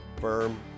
firm